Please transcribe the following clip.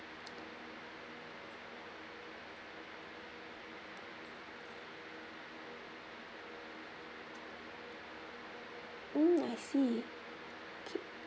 mm I see okay